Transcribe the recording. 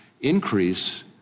increase